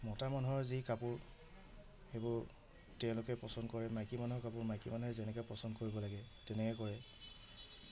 মতা মানুহৰ যি কাপোৰ সেইবোৰ তেওঁলোকে পচন্দ কৰে মাইকী মানুহৰ কাপোৰ মাইকী মানুহে যেনেকে পচন্দ কৰিব লাগে তেনেকে কৰে